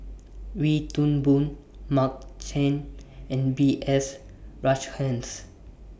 Wee Toon Boon Mark Chan and B S Rajhans